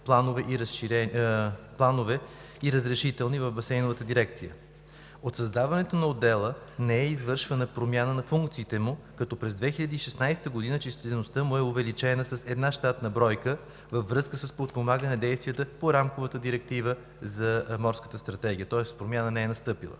„Планове и разрешителни“ в Басейновата дирекция. От създаването на отдела не е извършвана промяна на функциите му, като през 2016 г. числеността му е увеличена с една щатна бройка във връзка с подпомагане действията по Рамковата директива за Морската стратегия, тоест промяна не е настъпила.